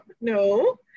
no